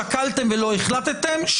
שקלתם ולא החלטתם?